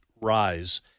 rise